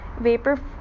Vapor